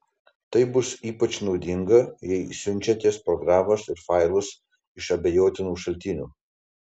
tai bus ypač naudinga jei siunčiatės programas ir failus iš abejotinų šaltinių